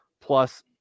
plus